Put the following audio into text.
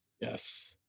Yes